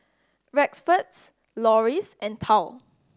Rexford Loris and Tal